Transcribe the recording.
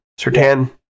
Sertan